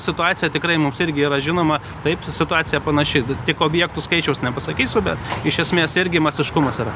situacija tikrai mums irgi yra žinoma taip situacija panaši ti tik objektų skaičiaus nepasakysiu bet iš esmės irgi masiškumas yra